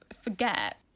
forget